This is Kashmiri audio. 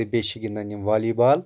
تہٕ بیٚیہِ چھِ گنٛدان یِم والی بال